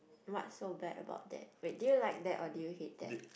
what so bad about that wait did you like that or did you hate that